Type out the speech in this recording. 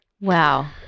Wow